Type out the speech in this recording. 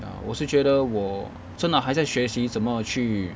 ya 我是觉得我真的还在学习怎么去